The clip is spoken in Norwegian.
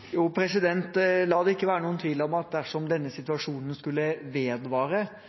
La det ikke være noen tvil om at dersom denne situasjonen skulle vedvare,